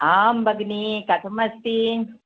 आं भगिनि कथमस्ति